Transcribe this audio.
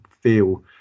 feel